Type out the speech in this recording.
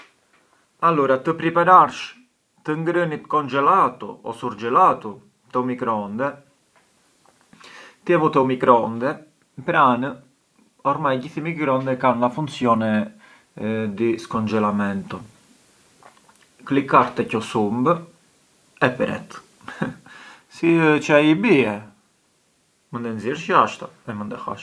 Alura të pripararsh të ngrënit congelatu o surgelatu te u microonde, ti e vu te u microonde, pran ormai gjith i microonde kan la funzione di scongelamento, klikar te qo sumb e pret si ë çë ai bie, mënd e nxiersh jashta e mënd e hash.